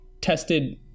tested